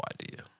idea